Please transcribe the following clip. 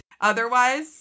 otherwise